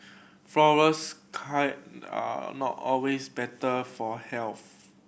flourless are not always better for health